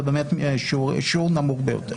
זה באמת שיעור נמוך ביותר.